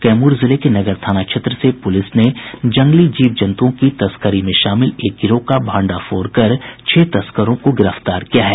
कैमूर जिले के नगर थाना क्षेत्र से पुलिस ने जंगली जीव जन्तुओं की तस्करी में शामिल एक गिरोह का भंडाफोड़ कर छह तस्करों को गिरफ्तार किया है